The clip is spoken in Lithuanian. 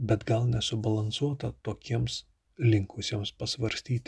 bet gal nesubalansuota tokiems linkusiems pasvarstyti